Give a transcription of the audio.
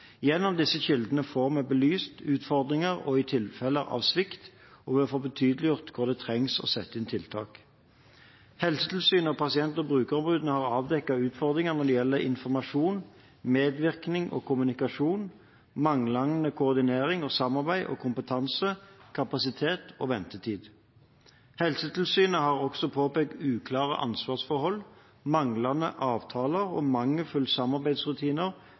Gjennom disse kildene får vi belyst utfordringer og tilfeller av svikt, og vi får tydeliggjort hvor det trengs å sette inn tiltak. Helsetilsynet og pasient- og brukerombudene har avdekket utfordringer når det gjelder informasjon, medvirkning og kommunikasjon, manglende koordinering, samarbeid og kompetanse, kapasitet og ventetid. Helsetilsynet har også påpekt uklare ansvarsforhold, manglende avtaler og mangelfulle samarbeidsrutiner